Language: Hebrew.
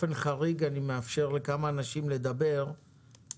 הרבה פעמים הרגולציה היא החסם המרכזי שעומד